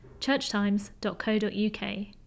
churchtimes.co.uk